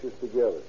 together